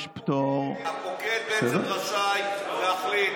יש פטור, הפוקד רשאי להחליט.